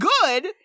good